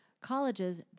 colleges